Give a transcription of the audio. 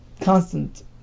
constant